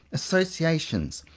associations,